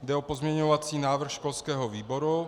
Jde o pozměňovací návrh školského výboru.